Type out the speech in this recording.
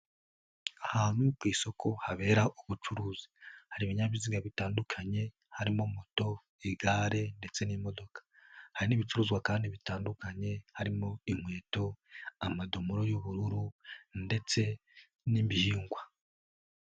Ahantu ku isoko habera ubucuruzi, hari ibinyabiziga bitandukanye harimo moto, igare ndetse n'imodoka. Hari n'ibicuruzwa kandi bitandukanye harimo inkweto, amadomoro y'ubururu ndetse n'ibihingwa.